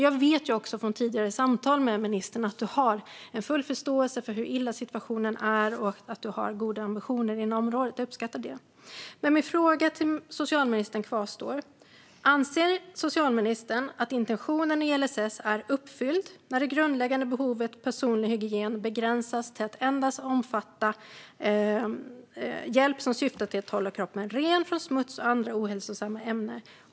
Jag vet också från tidigare samtal med ministern att hon har full förståelse för hur illa det är ställt och att hon har goda ambitioner inom området. Jag uppskattar det. Men min fråga till socialministern kvarstår: Anser socialministern att intentionen i LSS är uppfylld när det grundläggande behovet personlig hygien begränsas till att endast omfatta hjälp som syftar till att hålla kroppen ren från smuts och andra ohälsosamma ämnen?